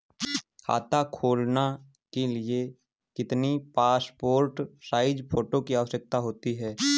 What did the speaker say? खाता खोलना के लिए कितनी पासपोर्ट साइज फोटो की आवश्यकता होती है?